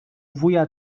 wuja